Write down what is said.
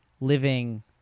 living